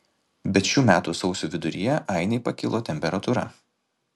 bet šių metų sausio viduryje ainei pakilo temperatūra